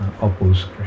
oppose